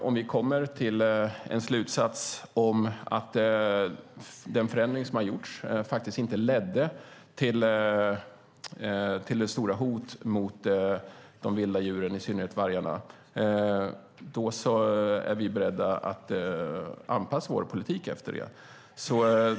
Om vi kommer till en slutsats om att den förändring som har gjorts faktiskt inte lett till det här stora hotet mot de vilda djuren, i synnerhet vargarna, är vi beredda att anpassa vår politik efter det.